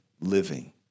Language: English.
living